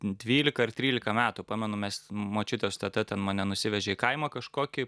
dvylika ar trylika metų pamenu mes močiutė su teta ten mane nusivežė į kaimą kažkokį